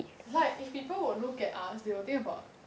like if people will look at us they will think about